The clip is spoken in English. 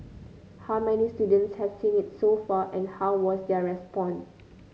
how many students have seen it so far and how was their response